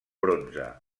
bronze